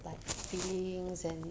like feelings and